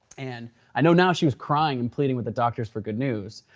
and i know now she was crying and pleading with the doctors for good news.